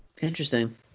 Interesting